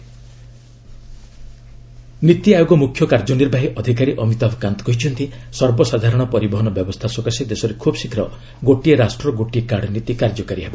public transport NITI Aayog ମୁଖ୍ୟ କାର୍ଯ୍ୟନିର୍ବାହୀ ଅଧିକାରୀ ଅମିତାଭ୍ କାନ୍ତ କହିଛନ୍ତି ସର୍ବସାଧାରଣ ପରିବହନ ବ୍ୟବସ୍ଥା ସକାଶେ ଦେଶରେ ଖୁବ୍ ଶୀଘ୍ର ଗୋଟିଏ ରାଷ୍ଟ୍ର ଗୋଟିଏ କାର୍ଡ ନୀତି କାର୍ଯ୍ୟକାରୀ ହେବ